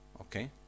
okay